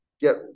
get